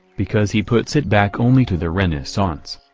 because he puts it back only to the renaissance.